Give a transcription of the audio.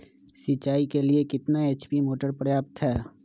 सिंचाई के लिए कितना एच.पी मोटर पर्याप्त है?